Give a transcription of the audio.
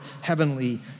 heavenly